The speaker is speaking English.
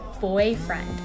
boyfriend